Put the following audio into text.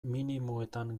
minimoetan